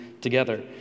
together